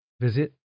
Visit